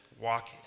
Walk